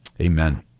amen